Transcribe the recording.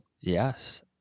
Yes